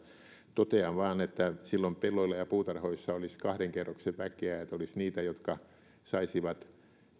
totean vain että silloin pelloilla ja puutarhoissa olisi kahden kerroksen väkeä olisi niitä jotka saisivat